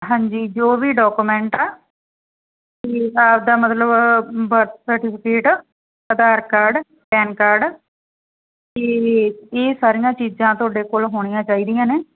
ਹਾਂਜੀ ਜੋ ਵੀ ਡਾਕੂਮੈਂਟ ਆ ਅਤੇ ਆਪਦਾ ਮਤਲਬ birth certificate Aadhaar card PAN card ਅਤੇ ਇਹ ਸਾਰੀਆਂ ਚੀਜ਼ਾਂ ਤੁਹਾਡੇ ਕੋਲ ਹੋਣੀਆਂ ਚਾਹੀਦੀਆਂ ਨੇ